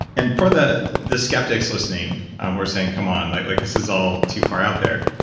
and for the the skeptics listening who are saying, come on. like like this is all too far out there.